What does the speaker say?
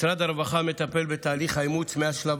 משרד הרווחה מטפל בתהליך האימוץ מהשלב